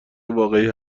واقعی